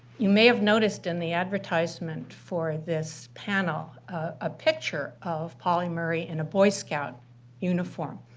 you may have noticed in the advertisement for this panel a picture of pauli murray in a boy scout uniform.